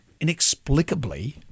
inexplicably